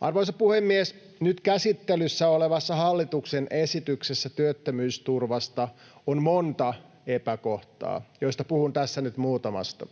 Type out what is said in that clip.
Arvoisa puhemies! Nyt käsittelyssä olevassa hallituksen esityksessä työttömyysturvasta on monta epäkohtaa, joista puhun tässä nyt muutamasta.